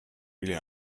really